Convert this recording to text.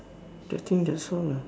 I think that's all lah